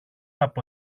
από